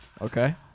Okay